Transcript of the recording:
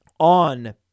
on